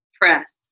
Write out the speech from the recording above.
press